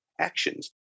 actions